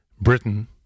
Britain